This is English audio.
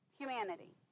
humanity